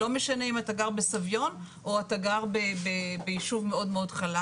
לא משנה אם אתה גר בסביון או אתה גר ביישוב מאוד חלש.